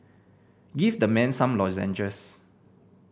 give the man some lozenges